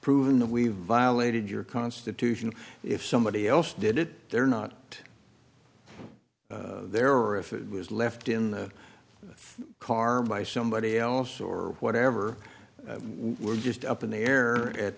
proving that we violated your constitution if somebody else did it they're not there or if it was left in the car by somebody else or whatever we were just up in the air at